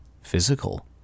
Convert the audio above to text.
physical